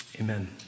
amen